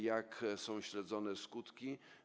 Jak są śledzone skutki?